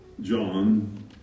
John